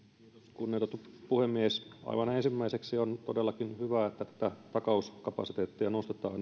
kunnioitettu puhemies aivan ensimmäiseksi on todellakin hyvä että tätä takauskapasiteettia nostetaan